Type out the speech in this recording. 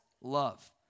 love